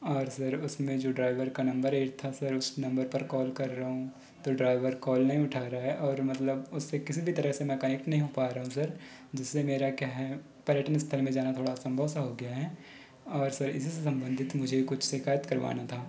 और सर उसमे जो ड्राइवर का नंबर ऐड था सर उस नंबर पर कॉल कर रहा हूँ तो ड्राइवर कॉल नहीं उठा रहा है और मतलब उससे किसी भी तरह से मैं कनेक्ट नहीं हो पा रहा हूँ सर जिससे मेरा क्या है पर्यटन स्थल पर जाना थोड़ा असंभव सा हो गया है और सर इससे संबंधित मुझे कुछ शिकायत करवाना था